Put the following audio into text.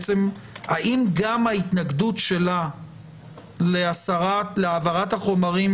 האם גם התנגדותה להעברת החומרים